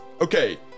okay